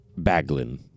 Baglin